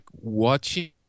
watching